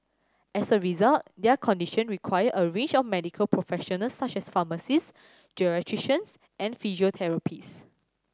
as a result their conditions require a range of medical professionals such as pharmacists geriatricians and physiotherapists